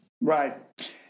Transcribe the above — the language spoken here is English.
right